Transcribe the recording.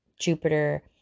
Jupiter